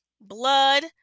blood